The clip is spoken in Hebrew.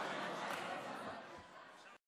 (הישיבה נפסקה בשעה 20:46 ונתחדשה בשעה 01:34.)